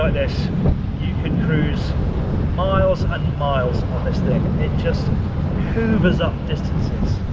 ah this you can cruise miles and miles on this thing, it just hoovers up distances,